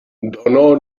donó